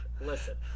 Listen